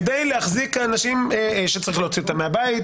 כדי להחזיק אנשים שצריך להוציא אותם מהבית,